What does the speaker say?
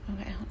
okay